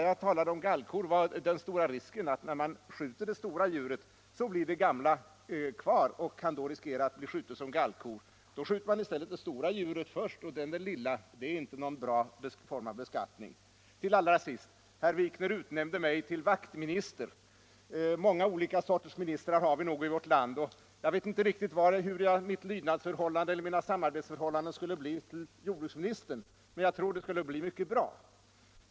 Jag talade om den stora risken att när man skjuter det lilla djuret så blir det gamla kvar och kan riskera att bli skjutet som gallko. Skjuter man det stora djuret först och sedan det lilla får man inga s.k. gallkor, men det är inte någon bra form av beskattning. Herr Wikner utnämnde mig till Wachtminister. Vi har nog många olika sorters ministrar i vårt land. Jag vet inte hur mina samarbetsförhållanden skulle bli till jordbruksministern, men jag tror att de skulle bli mycket bra.